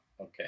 okay